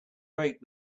break